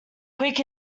quick